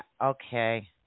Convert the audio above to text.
Okay